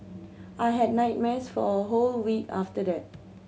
I had nightmares for a whole week after that